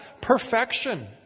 perfection